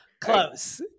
Close